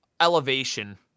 elevation